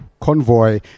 convoy